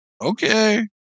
Okay